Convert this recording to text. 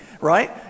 right